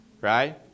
Right